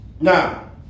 now